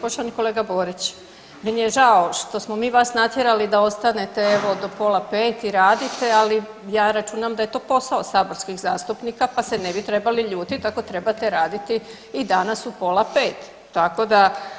Poštovani kolega Borić, meni je žao što smo mi vas natjerali da ostanete evo do pola 5 i radite, ali ja računam da je to posao saborskih zastupnika, pa se ne bi trebali ljutit ako trebate raditi i danas u pola 5, tako da.